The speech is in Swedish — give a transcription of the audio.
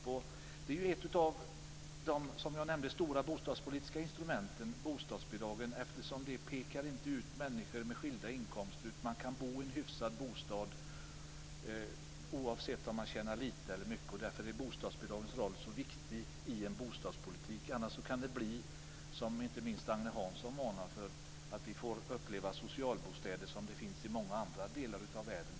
Bostadsbidragen är ju, som jag nämnde, ett av de stora bostadspolitiska instrumenten, eftersom de inte pekar ut människor med skilda inkomster. Man kan bo i en hyfsad bostad oavsett om man tjänar lite eller mycket. Därför är bostadsbidragens roll så viktig i en bostadspolitik. Annars kan det bli så, som Agne Hansson varnade för, att vi får uppleva socialbostäder, något som finns i många andra delar av världen.